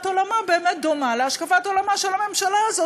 עולמה באמת דומה להשקפת עולמה של הממשלה הזאת,